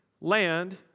land